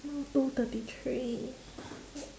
now two thirty three